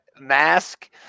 mask